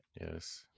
Yes